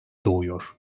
doğuyor